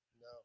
No